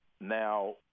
now